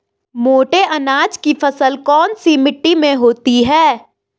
मोटे अनाज की फसल कौन सी मिट्टी में होती है?